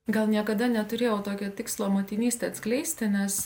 gal niekada neturėjau tokio tikslo motinystę atskleisti nes